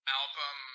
album